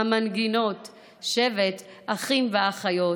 המנגינות / שבט אחים ואחיות".